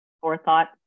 forethought